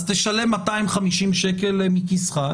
אז תשלם 250 שקל מכיסך,